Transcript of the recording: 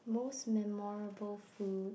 most memorable food